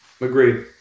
Agreed